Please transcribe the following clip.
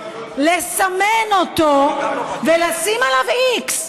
לסמן אותו ולשים עליו איקס.